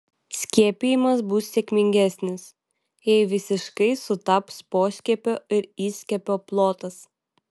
skiepijimas bus sėkmingesnis jei visiškai sutaps poskiepio ir įskiepio plotas